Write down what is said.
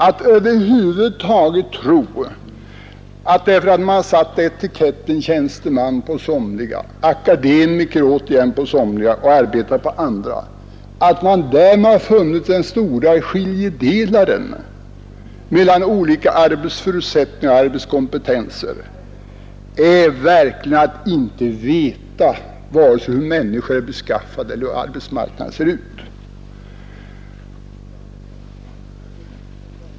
Att över huvud taget tro att man genom att sätta etiketten tjänsteman på somliga, akademiker återigen på somliga och arbetare på andra funnit den stora skiljelinjen mellan olika arbetsförutsättningar och arbetskompetenser är verkligen att inte veta vare sig hur människor är beskaffade eller hur arbetsmarknaden ser ut.